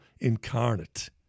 incarnate